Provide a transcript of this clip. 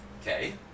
Okay